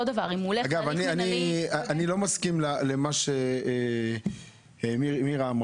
אני לא מסכים למה שאמרה מירה.